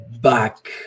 back